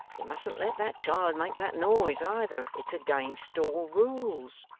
you mustn't let that child make that noise either. it's against all rules